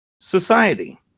society